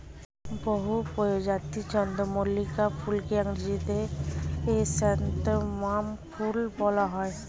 বহু প্রজাতির চন্দ্রমল্লিকা ফুলকে ইংরেজিতে ক্রিস্যান্থামাম ফুল বলা হয়